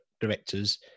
directors